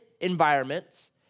environments